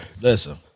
Listen